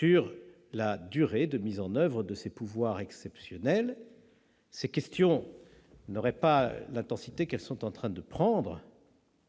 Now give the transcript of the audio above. quant à la durée de mise en oeuvre de ces pouvoirs exceptionnels. Ces questions n'auraient pas l'intensité qu'elles sont en train de prendre